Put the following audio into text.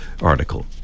article